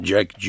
Jack